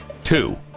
Two